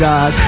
God